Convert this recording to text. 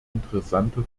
interessante